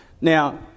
now